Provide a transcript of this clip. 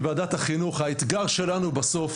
בוועדת החינוך האתגר שלנו בסוף,